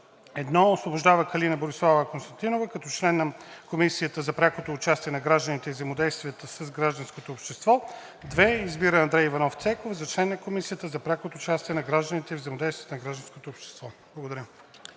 „1. Освобождава Калина Бориславова Константинова като член на Комисията за прякото участие на гражданите и взаимодействието с гражданското общество. 2. Избира Андрей Иванов Цеков за член на Комисията за прякото участие на гражданите и взаимодействието с гражданското общество.“ Благодаря.